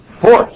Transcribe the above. force